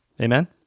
Amen